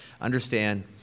Understand